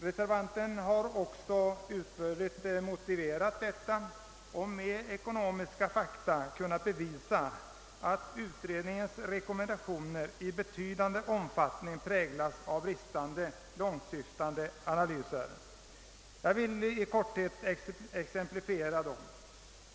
Reservanten har också utförligt motiverat detta och med ekonomiska fakta kunnat bevisa att utredningens rekommendationer i betydande omfattning präglas av brist på långtsyftande analyser. Jag vill i korthet exemplifiera detta.